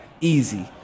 easy